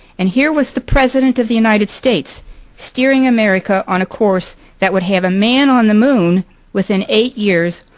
and here was the president of the united states steering america on a course that would have a man on the moon within eight years,